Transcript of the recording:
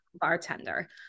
bartender